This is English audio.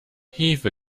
heave